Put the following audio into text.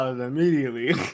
immediately